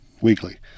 weekly